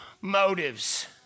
motives